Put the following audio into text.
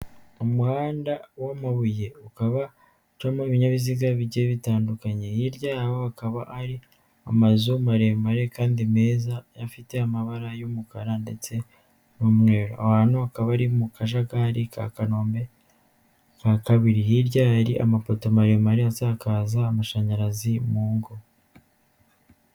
Umuhanda w'amabuye ukaba ucamo ibinyabiziga bigiye bitandukanye, hirya yaho hakaba ari mu mazu maremare kandi meza afite amabara y'umukara ndetse n'umweru, aho hantu akaba ari mu kajagari ka kanombe ka kabiri, hirya hari amapoto maremare asakaza amashanyarazi mu ngo.